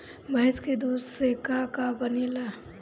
भइस के दूध से का का बन सकेला?